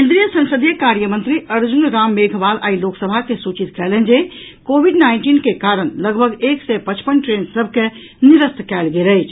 केन्द्रीय संसदीय कार्य मंत्री अर्जुन राम मेघवाल आइ लोकसभा के सूचित कयलनि जे कोविड नाईनटीन के कारण लगभग एक सय पचपन ट्रेन सभ के निरस्त कयल गेल अछि